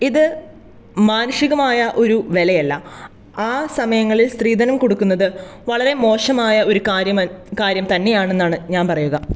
ഇത് മാനുഷികമായ ഒരു വിലയല്ല ആ സമയങ്ങളിൽ സ്ത്രീധനം കൊടുക്കുന്നത് വളരെ മോശമായ ഒരു കാര്യം കാര്യം തന്നെയാണെന്നാണ് ഞാൻ പറയുക